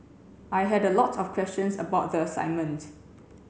I had a lot of questions about the assignment